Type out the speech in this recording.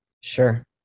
Sure